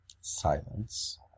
Silence